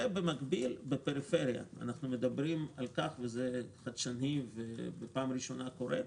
במקביל בפריפריה אנחנו מדברים על דבר חדשני שקורה לראשונה,